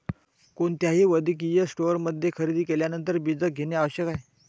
कोणत्याही वैद्यकीय स्टोअरमध्ये खरेदी केल्यानंतर बीजक घेणे आवश्यक आहे